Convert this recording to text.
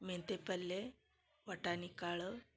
ಮೆಂತಿ ಪಲ್ಯೆ ಬಟಾಣಿ ಕಾಳು